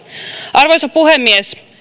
arvoisa puhemies